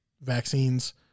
vaccines